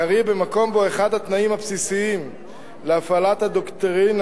קרי במקום שבו אחד התנאים הבסיסיים להפעלת הדוקטרינה,